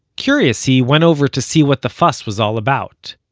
curious, he went over to see what the fuss was all about.